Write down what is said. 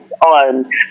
On